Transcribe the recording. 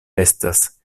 estas